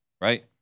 right